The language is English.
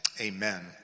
Amen